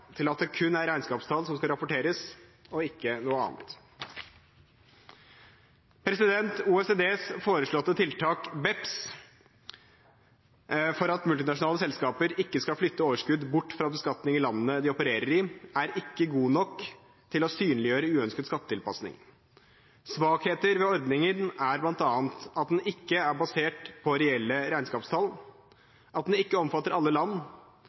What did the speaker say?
til at det kun er regnskapstall som skal rapporteres, og ikke noe annet. OECDs foreslåtte tiltak BEPS for at multinasjonale selskaper ikke skal flytte overskudd bort fra beskatning i landene de opererer i, er ikke godt nok til å synliggjøre uønsket skattetilpasning. Svakheter ved ordningen er bl.a. at den ikke er basert på reelle regnskapstall at den ikke omfatter alle land